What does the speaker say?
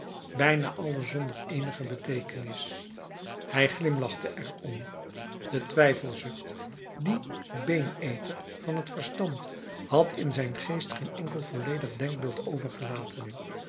bijna alle zonder eenige beteekenis hij glimlachte er om de twijfelzucht die beeneter van het verstand had in zijn geest geen enkel volledig denkbeeld overgelaten